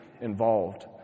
involved